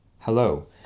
Hello